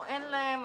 או אין להן,